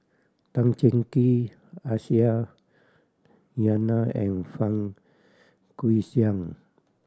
Tan Cheng Kee Aisyah Lyana and Fang Guixiang